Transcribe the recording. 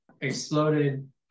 exploded